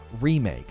Remake